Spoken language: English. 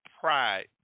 pride